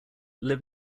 live